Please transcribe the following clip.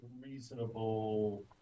reasonable